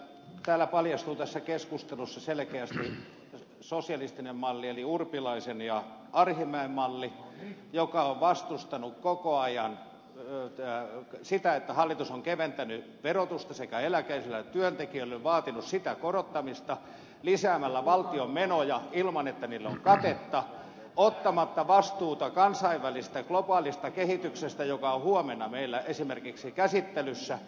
se on totta että täällä paljastuu tässä keskustelussa selkeästi sosialistinen malli eli urpilaisen ja arhinmäen malli joka on vastustanut koko ajan sitä että hallitus on keventänyt verotusta sekä eläkeläisille että työntekijöille ja joka on vaatinut verojen korottamista ja valtion menojen lisäämistä ilman että niillä on katetta ottamatta vastuuta kansainvälisestä globaalista kehityksestä joka on huomenna meillä esimerkiksi käsittelyssä